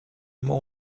more